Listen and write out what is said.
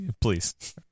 Please